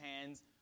hands